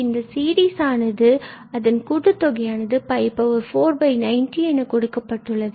பின்பு இந்த சீரிஸ் ஆனது கூடுதல் தொகையானது 490 என கொடுக்கப்பட்டுள்ளது